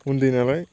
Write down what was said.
उन्दै नालाय